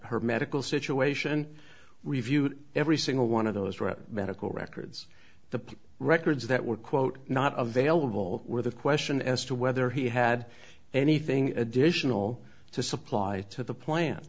her medical situation reviewed every single one of those medical records the records that were quote not available with a question as to whether he had anything additional to supply to the plan